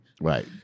Right